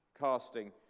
casting